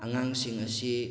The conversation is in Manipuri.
ꯑꯉꯥꯡꯁꯤꯡ ꯑꯁꯤ